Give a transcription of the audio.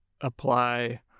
apply